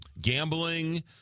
gambling